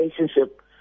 relationship